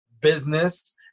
business